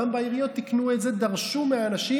גם בעיריות תיקנו את זה ודרשו מהאנשים